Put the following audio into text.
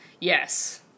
Yes